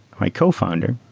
my cofounder.